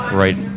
right